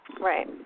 Right